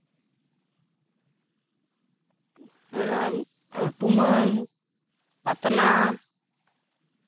ᱚᱱᱟ ᱴᱩᱢᱟᱹᱝ ᱯᱟᱛᱱᱟ